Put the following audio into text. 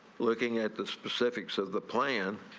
looking at the specifics of the plan